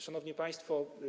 Szanowni Państwo!